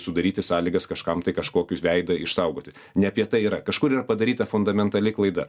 sudaryti sąlygas kažkam tai kažkokius veidą išsaugoti ne apie tai yra kažkur yra padaryta fundamentali klaida